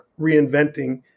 reinventing